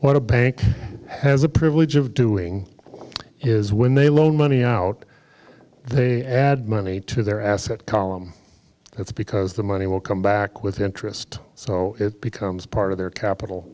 what a bank has a privilege of doing is when they loan money out they add money to their asset column that's because the money will come back with interest so it becomes part of their capital